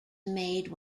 made